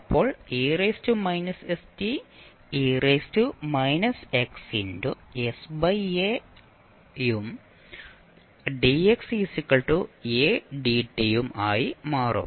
അപ്പോൾ ഉം dx a dt ഉം ആയി മാറും